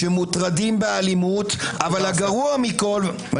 שמוטרדים באלימות אבל הגרוע מכך זה